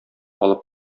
алып